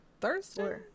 Thursday